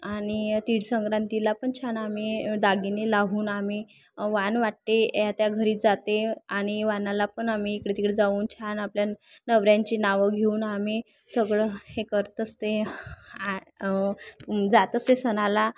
आणि तीळसंक्रांतीला पण छान आम्ही दागिने लावून आम्ही वाण वाटते ए त्या घरी जाते आणि वाणाला पण आम्ही इकडेतिकडे जाऊन छान आपल्या न नवऱ्यांची नावं घेऊन आम्ही सगळं हे करत असते आ जात असते सणाला